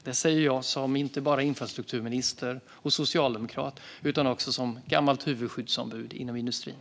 Detta säger jag inte bara som infrastrukturminister och socialdemokrat utan också som gammalt huvudskyddsombud inom industrin.